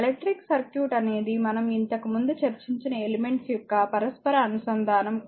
electric circuit అనేది మనం ఇంతకుముందు చర్చించిన ఎలెమెంట్స్ యొక్క పరస్పర అనుసంధానం